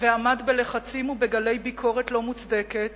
ועמד בלחצים ובגלי ביקורת לא מוצדקת